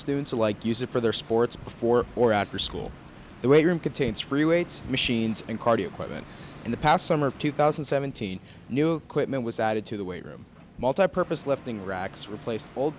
students alike use it for their sports before or after school the weight room contains free weights machines and cardio equipment and the past summer of two thousand and seventeen new equipment was added to the weight room multi purpose lifting racks replace